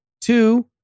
Two